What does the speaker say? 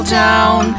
down